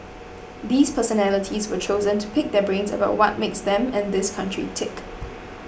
these personalities were chosen to pick their brains about what makes them and this country tick